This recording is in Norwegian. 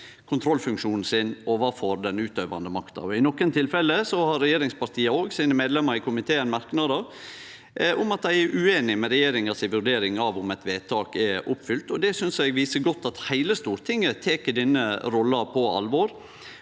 kontrollfunksjonen sin overfor den utøvande makta. I nokon tilfelle har regjeringspartia sine medlemmer i komiteen merknadar om at dei er ueinige med regjeringa si vurdering av om eit vedtak er oppfylt. Det synest eg viser godt at heile Stortinget tek denne rolla på alvor